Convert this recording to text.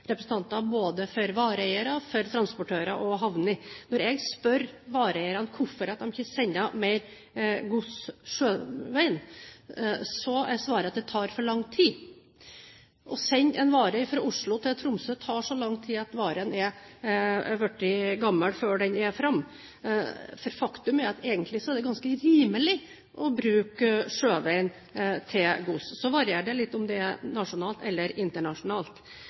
representanter både for vareeiere, transportører og havner. Når jeg spør vareeierne hvorfor de ikke sender mer gods sjøveien, er svaret at det tar for lang tid. Å sende en vare fra Oslo til Tromsø tar så lang tid at varen har blitt gammel før den kommer fram. Faktum er at det egentlig er ganske rimelig å bruke sjøveien for gods. Så varierer det litt om det er nasjonalt eller internasjonalt.